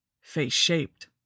Face-shaped